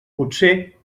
potser